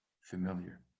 familiar